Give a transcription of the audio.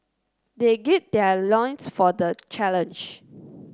they gird their loins for the challenge